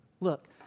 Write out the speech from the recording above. Look